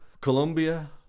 Colombia